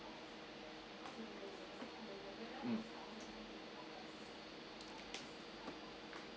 mm